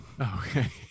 Okay